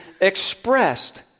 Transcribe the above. expressed